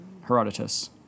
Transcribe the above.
Herodotus